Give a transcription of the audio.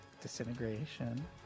Disintegration